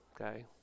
okay